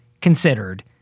considered